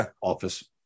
office